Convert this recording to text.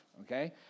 Okay